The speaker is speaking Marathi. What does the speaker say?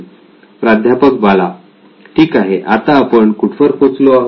प्राध्यापक बाला ठीक आहे आता आपण कुठवर पोचलो आहोत